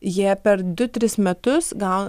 jie per du tris metus gau